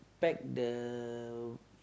back the